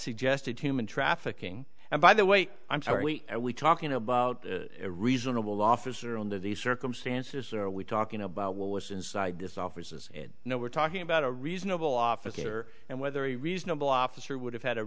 suggested human trafficking and by the way i'm sorry we are we talking about a reasonable officer under these circumstances are we talking about what was inside this offices no we're talking about a reasonable officer and whether a reasonable officer would have had a